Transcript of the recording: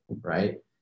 right